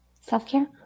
self-care